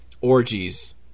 orgies